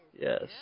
Yes